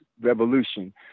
revolution